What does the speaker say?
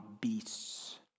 beasts